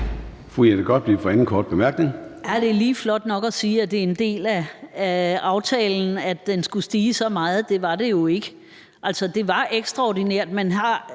Jette Gottlieb (EL): Det er lige flot nok at sige, at det er en del af aftalen, at den skulle stige så meget. Det var det jo ikke. Det var ekstraordinært.